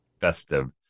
festive